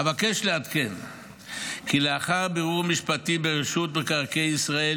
אבקש לעדכן כי לאחר בירור משפטי ברשות מקרקעי ישראל,